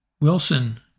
Wilson